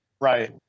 Right